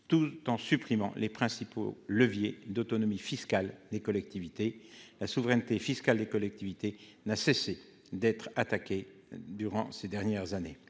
tout en supprimant les principaux leviers d'autonomie fiscale des collectivités ? La souveraineté fiscale de celles-ci n'a cessé d'être attaquée ces dernières années.